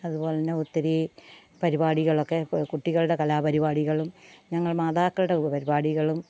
അതുപോലെ തന്നെ ഒത്തിരി പരിപാടികളൊക്കെ കുട്ടികളുടെ കലാപരിപാടികളും ഞങ്ങൾ മാതാക്കളുടെ പരിപാടികളും